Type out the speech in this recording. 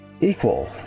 equal